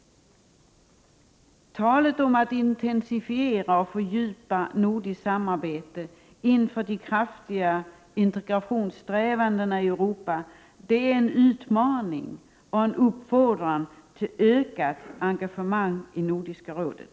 Talet om att intensifiera och fördjupa nordiskt samarbete inför de kraftiga integrationssträvandena i Europa är en utmaning och en uppfordran till ökat engagemang i Nordiska rådet.